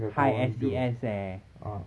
high S_E_S eh